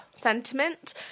sentiment